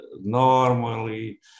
normally